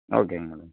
ஓகேங்க மேடம்